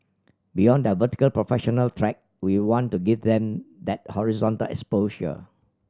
beyond their vertical professional track we want to give them that horizontal exposure